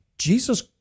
Jesus